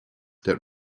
that